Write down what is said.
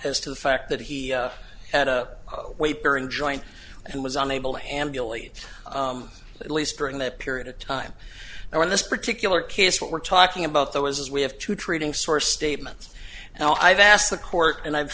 as to the fact that he had a weight bearing joint and was unable amulet at least during that period of time and in this particular case what we're talking about though is we have two treating sore statements and i've asked the court and i've